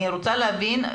אני רוצה להבין,